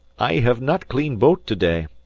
i have not cleaned boat to-day.